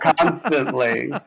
constantly